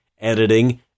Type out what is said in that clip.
editing